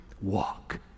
walk